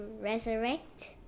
resurrect